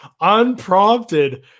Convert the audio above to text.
unprompted